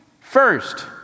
First